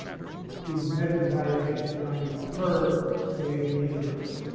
we've measured the value of h. we're trying to infer the age of the universe.